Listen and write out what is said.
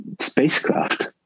spacecraft